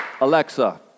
Alexa